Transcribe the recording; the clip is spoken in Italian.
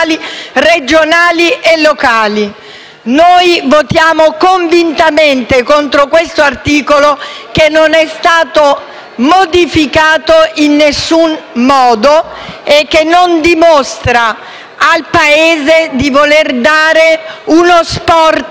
regionali e locali. Noi votiamo convintamente contro questo articolo che non è stata modificato in alcun modo e che dimostra al Paese di non voler garantire un sport